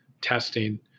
testing